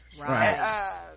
Right